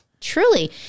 Truly